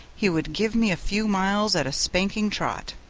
he would give me a few miles at a spanking trot,